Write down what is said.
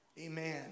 Amen